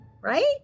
Right